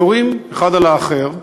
יורים, האחד על האחר,